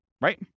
Right